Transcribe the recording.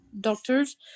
doctors